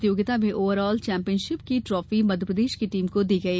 प्रतियोगिता में over all championship की ट्रॉफी मध्यप्रदेश की टीम को दी गई